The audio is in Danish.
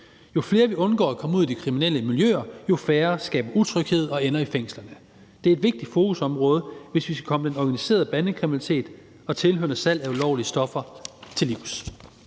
Jo flere vi undgår kommer ud i de kriminelle miljøer, jo færre skaber utryghed og ender i fængslerne. Det er et vigtigt fokusområde, hvis vi skal komme den organiserede bandekriminalitet og det tilhørende salg af ulovlige stoffer til livs.